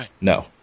No